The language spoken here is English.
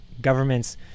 governments